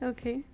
Okay